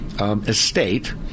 estate